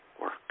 work